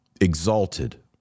exalted